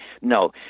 No